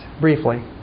briefly